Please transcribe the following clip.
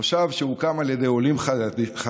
מושב שהוקם על ידי עולים חדשים,